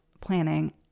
planning